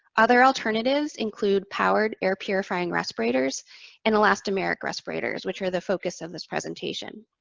other alternatives include powered air purifying respirators and elastomeric respirators, which are the focus of this presentation.